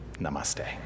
Namaste